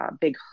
big